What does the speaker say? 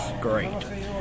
great